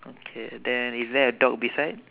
okay then is there a dog beside